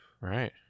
Right